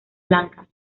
blancas